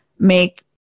make